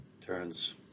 turns